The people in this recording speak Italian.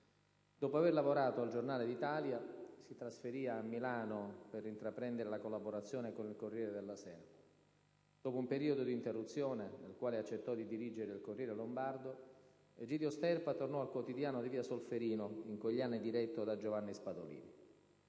Dopo aver lavorato a «Il Giornale d'Italia», si trasferì a Milano per intraprendere la collaborazione con il «Corriere della Sera». Dopo un periodo di interruzione, nel quale accettò di dirigere il «Corriere lombardo», Egidio Sterpa tornò al quotidiano di via Solferino, in quegli anni diretto da Giovanni Spadolini.